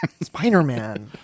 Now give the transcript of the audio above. Spider-Man